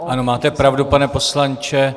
Ano, máte pravdu, pane poslanče.